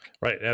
Right